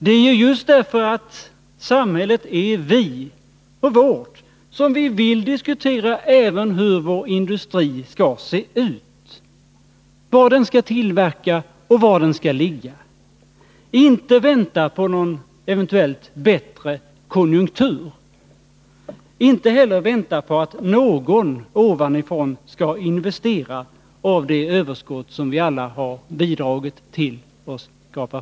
Det är just därför att samhället är vi som vi vill diskutera även hur vår industri skall se ut, vad den skall tillverka och var den skall ligga. Vi vill inte vänta på någon eventuellt kommande bättre konjunktur. Inte heller vill vi vänta på att någon ”ovanifrån” skall investera av det överskott som vi alla har bidragit till att skapa.